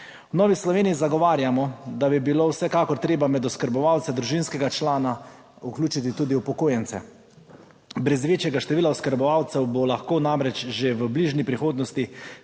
V Novi Sloveniji zagovarjamo, da bi bilo vsekakor treba med oskrbovalce družinskega člana vključiti tudi upokojence. Brez večjega števila oskrbovancev bo lahko namreč že v bližnji prihodnosti,